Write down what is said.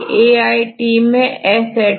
अब सीक्वेंसAIST हो जाएगा इसे एडिशन कहते हैं